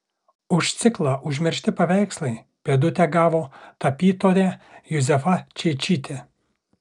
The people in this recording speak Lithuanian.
už ciklą užmiršti paveikslai pėdutę gavo tapytoja juzefa čeičytė